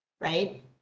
right